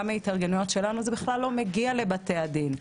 מהתארגנויות שלנו שזה בכלל לא מגיע לבתי הדין.